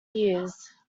ears